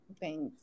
Thanks